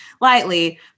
lightly